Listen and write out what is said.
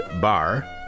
bar